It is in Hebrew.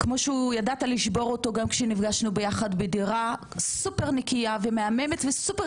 כמו שידעת לשבור אותו גם כשנפגשנו ביחד בדירה סופר נקייה ומהממת וסופר